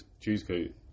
cheesecake